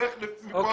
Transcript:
שילך מכאן הביתה.